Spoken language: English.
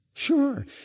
Sure